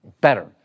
better